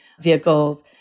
vehicles